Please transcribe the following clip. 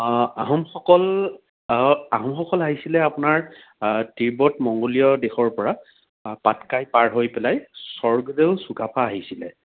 আহোমসকল আহোমসকল আহিছিল আপোনাৰ তিব্বত মংগোলীয় দেশৰ পৰা পাটকাই পাৰ হৈ পেলাই স্বৰ্গদেউ চুকাফা আহিছিলে